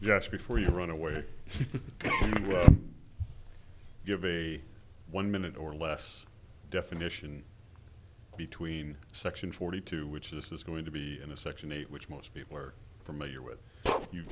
yes before you run away you have a one minute or less definition between section forty two which is going to be in a section eight which most people are familiar with you